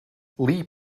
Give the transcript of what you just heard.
lee